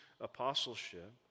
apostleship